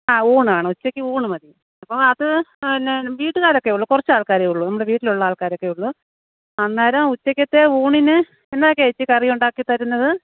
ആ ഊണാണ് ഉച്ചയ്ക്ക് ഊണ് മതി അപ്പം അത് പിന്നെ വീട്ടുകാരൊക്കെ ഉള്ളൂ കുറച്ച് ആൾക്കാരേ ഉള്ളൂ നമ്മുടെ വീട്ടിലുള്ള ആൾക്കാരൊക്കെ ഉള്ളൂ അന്നേരം ഉച്ചയ്ക്കത്തെ ഊണിന് എന്നാ ഒക്കെ ചേച്ചി കറി ഉണ്ടാക്കി തരുന്നത്